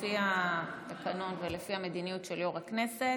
לפי התקנון ולפי המדיניות של יו"ר הכנסת,